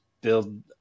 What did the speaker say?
build